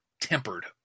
tempered